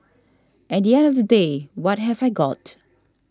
at the end of the day what have I got